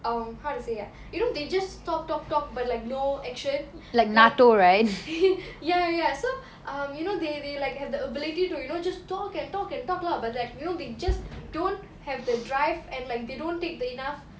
um how to say ah you know they just talk talk talk but like no action like ya ya so um you know they they like have the ability to you know just talk and talk and talk lah but like you know they just don't have the drive and like they don't take the enough